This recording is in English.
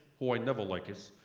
who i never leykis,